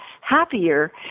happier